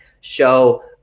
show